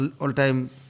all-time